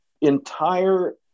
entire